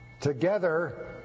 together